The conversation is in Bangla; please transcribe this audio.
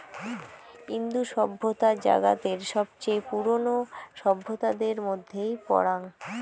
ইন্দু সভ্যতা জাগাতের সবচেয়ে পুরোনো সভ্যতাদের মধ্যেই পরাং